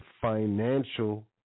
financial